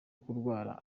kurwara